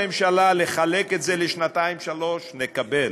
אם לא נחגוג את הדברים השונים שאנחנו הבאנו,